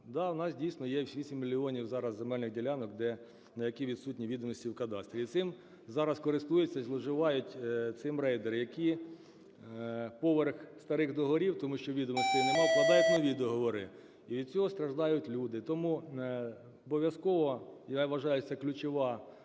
Да, у нас, дійсно, є всі 7 мільйонів зараз земельних ділянок, на які відсутні відомості у кадастрі, і цим зараз користуються, і зловживають цим рейдери, які поверх старих договорів, тому що відомостей немає, вкладають нові договори, і від цього страждають люди. Тому обов'язково, я вважаю, це ключова